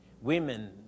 women